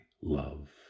love